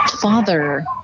father